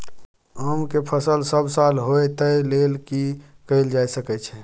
आम के फसल सब साल होय तै लेल की कैल जा सकै छै?